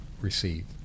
receive